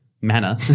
Manner